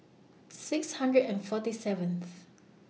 six hundred and forty seventh